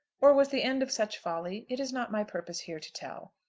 or was the end of such folly, it is not my purpose here to tell.